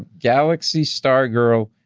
galaxystargirlxbox,